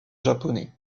japonais